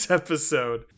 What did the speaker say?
episode